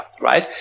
right